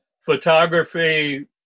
Photography